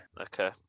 Okay